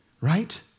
right